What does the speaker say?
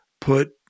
put